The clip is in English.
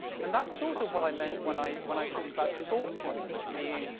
and that's sort of what i meant when i when i talked about thoughtfulness being,